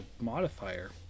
modifier